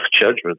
judgment